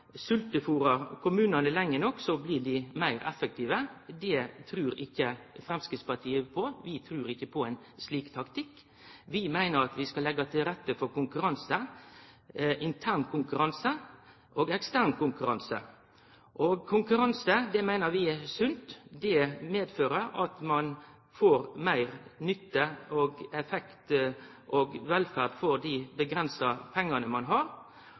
sveltefôrar kommunane lenge nok, blir dei meir effektive. Det trur ikkje Framstegspartiet på. Vi trur ikkje på ein slik taktikk. Vi meiner at vi skal leggje til rette for konkurranse – internkonkurranse og eksternkonkurranse. Konkurranse meiner vi er sunt. Det medfører at ein får meir nytte, effekt og velferd for dei avgrensa pengane ein har.